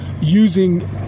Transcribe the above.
using